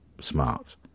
smart